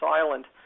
island